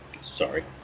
sorry